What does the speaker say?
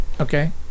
Okay